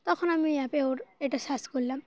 তখন আমি ওই অ্যাপে ওর এটা সার্চ করলাম